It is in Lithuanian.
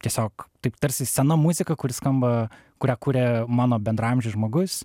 tiesiog taip tarsi sena muzika kuri skamba kurią kuria mano bendraamžis žmogus